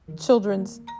children's